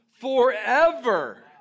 forever